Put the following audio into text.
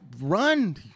run